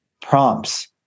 prompts